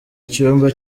icyumba